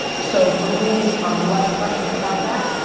so for me, i'm less precious about that,